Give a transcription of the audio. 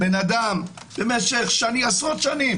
אדם משך עשרות שנים